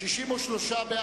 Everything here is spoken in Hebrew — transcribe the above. סעיף 03,